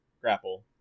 grapple